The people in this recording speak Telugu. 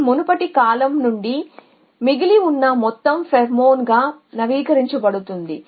ఇది మునుపటి కాలం నుండి మిగిలి ఉన్న మొత్తం ఫెరోమోన్గా నవీకరించబడుతుంది